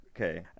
Okay